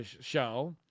show